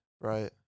right